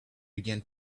began